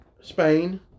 Spain